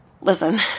Listen